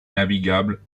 navigable